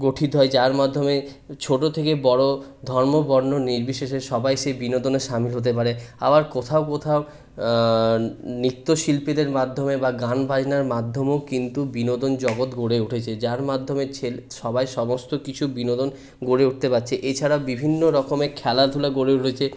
গঠিত হয় যার মাধ্যমে ছোটো থেকে বড় ধর্ম বর্ণ নির্বিশেষে সবাই সেই বিনোদনে সামিল হতে পারে আবার কোথাও কোথাও নৃত্যশিল্পীদের মাধ্যমে বা গান বাজনার মাধ্যমেও কিন্তু বিনোদন জগৎ গড়ে উঠেছে যার মাধ্যমে ছেলে সবাই সমস্ত কিছু বিনোদন গড়ে উঠতে পারছে এছাড়াও বিভিন্ন রকমের খেলাধুলা গড়ে উঠেছে